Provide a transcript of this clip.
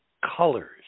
colors